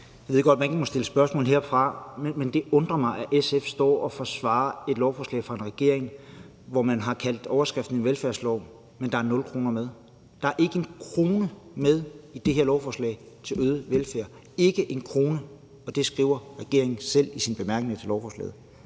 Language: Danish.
Jeg ved godt, at man ikke må stille spørgsmål heroppefra, men det undrer mig, at SF står og forsvarer et lovforslag fra regeringen, som man har kaldt velfærdslov, men hvor der er 0 kr. med. Der er ikke 1 kr. med i det her lovforslag til øget velfærd, ikke 1 kr.! Det skriver regeringen selv i sine bemærkninger til lovforslaget.